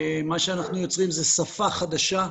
מה שאנחנו יוצרים זה שפה חדשה,